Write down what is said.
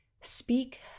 speak